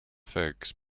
figs